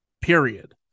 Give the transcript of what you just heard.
Period